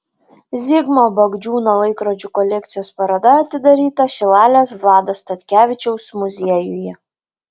zigmo bagdžiūno laikrodžių kolekcijos paroda atidaryta šilalės vlado statkevičiaus muziejuje